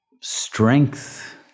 strength